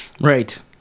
Right